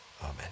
Amen